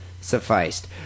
sufficed